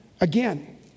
again